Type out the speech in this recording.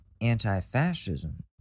anti-fascism